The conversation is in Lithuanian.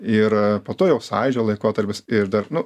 ir po to jau sąjūdžio laikotarpis ir dar nu